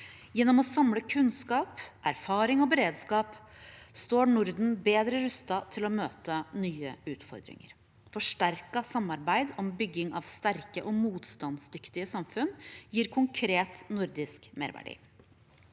Gjennom å samle kunnskap, erfaring og beredskap står Norden bedre rustet til å møte nye utfordringer. Forsterket samarbeid om bygging av sterke og motstandsdyktige samfunn gir konkret nordisk merverdi.